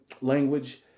language